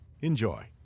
Enjoy